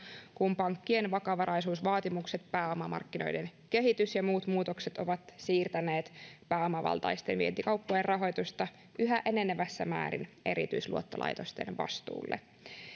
kun pankkien vakavaraisuusvaatimukset pääomamarkkinoiden kehitys ja muut muutokset ovat siirtäneet pääomavaltaisten vientikauppojen rahoitusta yhä enenevässä määrin erityisluottolaitosten vastuulle